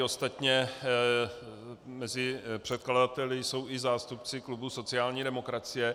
Ostatně mezi předkladateli jsou i zástupci klubu sociální demokracie.